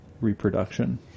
reproduction